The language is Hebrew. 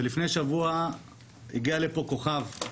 לפני שבוע הגיע לפה כוכב,